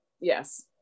yes